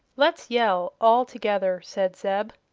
let's yell all together, said zeb.